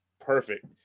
perfect